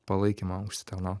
palaikymą užsitarnaut